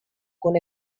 con